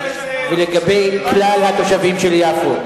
ולגבי כלל התושבים של יפו.